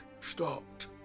stopped